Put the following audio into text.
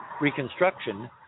reconstruction